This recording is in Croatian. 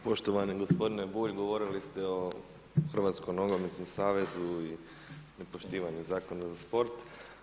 Poštovani gospodine Bulj govorili ste o Hrvatskom nogometnom savezu i nepoštivanju Zakona za sport.